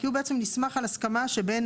כי הוא בעצם נסמך על הסכמה שבין